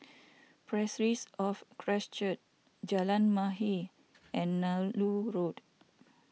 Parish of Christ Church Jalan Mahir and Nallur Road